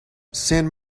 san